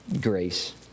grace